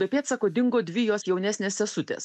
be pėdsakų dingo dvi jos jaunesnės sesutės